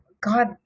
God